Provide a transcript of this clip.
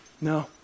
No